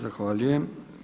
Zahvaljujem.